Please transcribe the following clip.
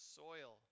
soil